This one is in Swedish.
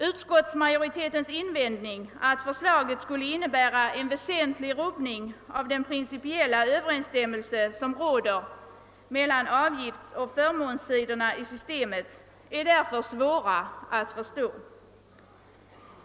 Utskottsmajoritetens invändning att förslaget skulle innebära en väsentlig rubbning av den principiella överensstämmelse som råder mellan avgiftsoch förmånssidorna i systemet är därför svår att förstå.